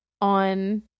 on